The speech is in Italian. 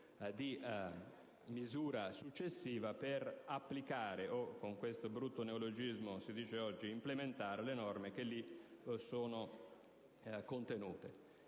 di misura successiva per applicare o (con questo brutto neologismo che si usa oggi) implementare le norme ivi contenute.